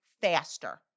faster